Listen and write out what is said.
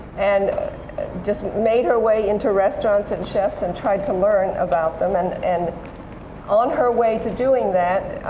and just made her way into restaurants and chefs and tried to learn about them. and and on her way to doing that,